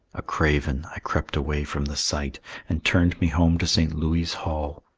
a craven i crept away from the sight and turned me home to st. louis' hall,